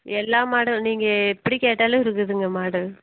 எல்லா மாடல் நீங்கள் எப்படி கேட்டாலும் இருக்குதுங்க மாடல்